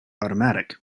automatic